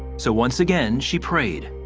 so once again, she prayed.